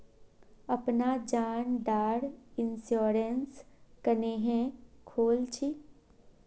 अपना जान डार इंश्योरेंस क्नेहे खोल छी?